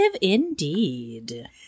indeed